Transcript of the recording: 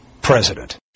president